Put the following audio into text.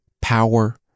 power